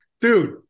dude